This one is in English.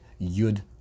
Yud